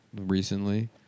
recently